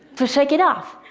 to shake it off.